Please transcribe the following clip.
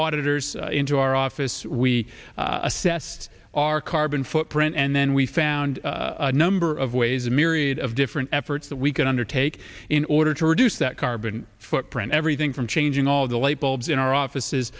auditor's into our office we assessed our carbon footprint and then we found a number of ways a myriad of differ efforts that we could undertake in order to reduce that carbon footprint everything from changing all the light bulbs in our offices